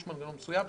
יש מנגנון מסוים.